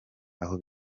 aho